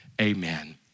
amen